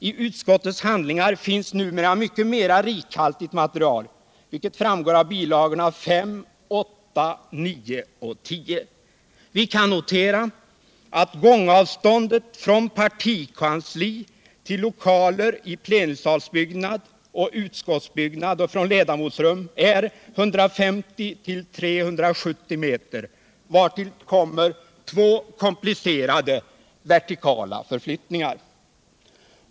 I utskottets handlingar finns numera mycket mer rikhaltigt material, vilket framgår av bil. 5, 8, 9 och 10. Vi kan notera att gångavståndet från partikanslier och ledamotsrum till lokaler i plenisalsbyggnad och utskottsbyggnad är 150-370 m, vartill kommer två komplicerade vertikala förflyitningar.